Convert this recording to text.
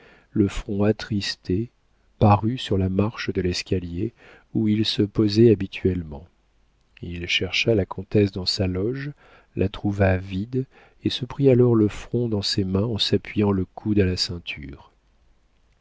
le front attristé parut sur la marche de l'escalier où il se posait habituellement il chercha la comtesse dans sa loge la trouva vide et se prit alors le front dans ses mains en s'appuyant le coude à la ceinture